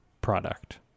product